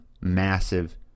massive